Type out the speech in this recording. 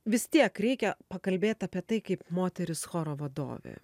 vis tiek reikia pakalbėt apie tai kaip moteris choro vadovė